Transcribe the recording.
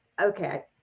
okay